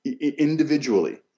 individually